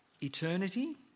eternity